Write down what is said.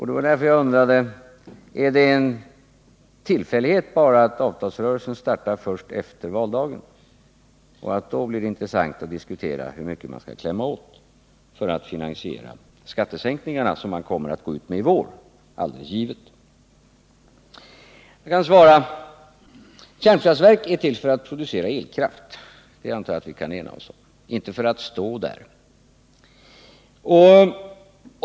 Det var därför jag undrade om det bara var en tillfällighet att avtalsrörelsen startar först efter valdagen och att det först då blir intressant att diskutera hur mycket man skall klämma åt skattebetalarna för att finansiera de skattesänkningar som man alldeles givet kommer att gå ut med i vår. Jag kan svara Nils Åsling på hans frågor om de 800 miljonerna. Kärnkraftverk är till för att producera elkraft — det antar jag att vi kan ena oss om - inte för att stå där.